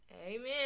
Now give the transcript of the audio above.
amen